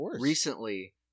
recently